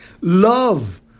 love